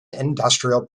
industrial